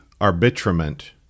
arbitrament